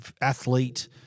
athlete